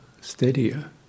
steadier